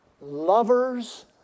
Lovers